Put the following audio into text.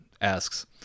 asks